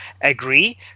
agree